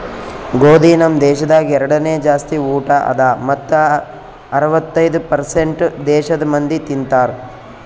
ಗೋದಿ ನಮ್ ದೇಶದಾಗ್ ಎರಡನೇ ಜಾಸ್ತಿ ಊಟ ಅದಾ ಮತ್ತ ಅರ್ವತ್ತೈದು ಪರ್ಸೇಂಟ್ ದೇಶದ್ ಮಂದಿ ತಿಂತಾರ್